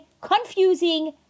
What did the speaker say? confusing